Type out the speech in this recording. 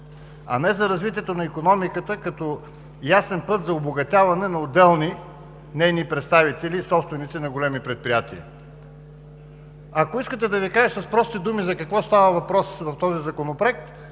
а не за развитието на икономиката като ясен път за обогатяване на отделни нейни представители и собственици на големи предприятия. Ако искате да Ви кажа с прости думи за какво става въпрос в този законопроект,